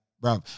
bro